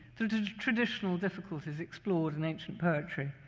traditional difficulties explored in ancient poetry.